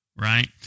right